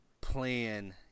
plan